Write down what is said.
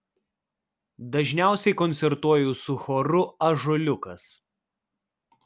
dažniausiai koncertuoju su choru ąžuoliukas